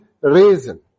reason